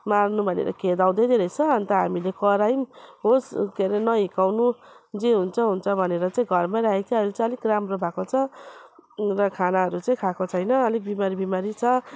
मार्नु भनेर खेदाउँदै रहेछ अन्त हामीले करायौँ होस् के अरे नहिर्काउनु जे हुन्छ हुन्छ भनेर चाहिँ घरमै राखेको थियो अहिले चाहिँ अलिक राम्रो भएको छ र खानाहरू चाहिँ खाएको छैन अलिक बिमारी बिमारी छ